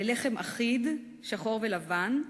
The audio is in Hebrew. ללחם אחיד שחור ולבן,